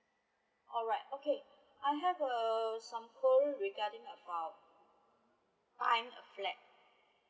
alright okay I have uh some query ragarding about buying a flat